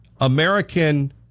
American